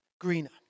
greener